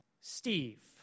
Steve